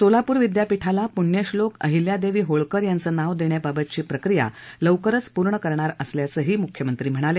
सोलापूर विद्यापीठाला पुण्यश्लोक अहिल्यादेवी होळकर यांचं नाव देण्याबाबतची प्रक्रिया लवकरच पूर्ण करणार असल्याचंही मुख्यमंत्र्यांनी सांगितलं